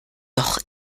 doch